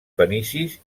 fenicis